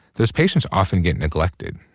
those patients often get neglected,